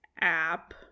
app